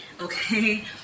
Okay